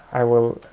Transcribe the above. i will